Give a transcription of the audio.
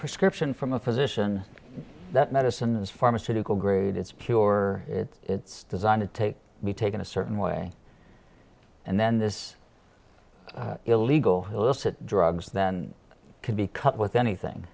prescription from a physician that medicine is pharmaceutical grade it's pure it's designed to take be taken a certain way and then this illegal illicit drugs then can be cut with anything